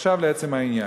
ועכשיו לעצם העניין.